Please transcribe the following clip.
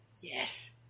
Yes